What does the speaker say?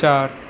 चारि